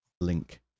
link